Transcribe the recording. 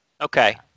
Okay